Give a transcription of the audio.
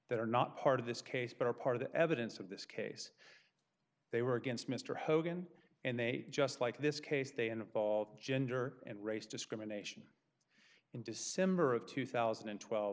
that are not part of this case but are part of the evidence of this case they were against mr hogan and they just like this case they involve gender and race discrimination in december of two thousand and twelve